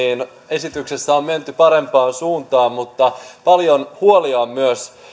esityksessä on menty parempaan suuntaan mutta paljon huolia on myös